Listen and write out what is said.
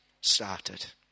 started